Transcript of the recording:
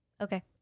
Okay